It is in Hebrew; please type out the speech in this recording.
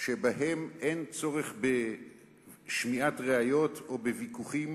שבהם אין צורך בשמיעת ראיות או בוויכוחים,